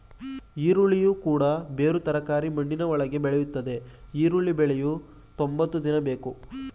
ಈರುಳ್ಳಿಯು ಕೂಡ ಬೇರು ತರಕಾರಿ ಮಣ್ಣಿನ ಒಳಗೆ ಬೆಳೆಯುತ್ತದೆ ಈರುಳ್ಳಿ ಬೆಳೆಯಲು ತೊಂಬತ್ತು ದಿನ ಬೇಕು